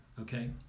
okay